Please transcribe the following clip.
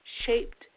shaped